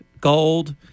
gold